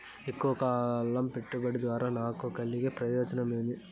ఎక్కువగా కాలం పెట్టుబడి ద్వారా నాకు కలిగే ప్రయోజనం ఏమి?